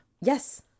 Yes